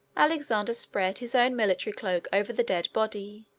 alexander spread his own military cloak over the dead body.